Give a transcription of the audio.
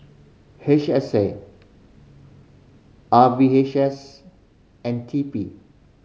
H S A R V H S and T P